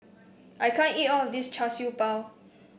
I can't eat all of this Char Siew Bao